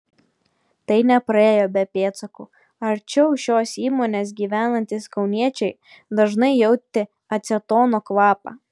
tai nepraėjo be pėdsako arčiau šios įmonės gyvenantys kauniečiai dažnai jautė acetono kvapą